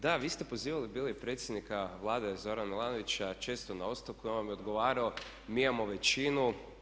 Da, vi ste pozivali bili predsjednika Vlade Zorana Milanovića često na ostavku i on vam je odgovarao mi imamo većinu.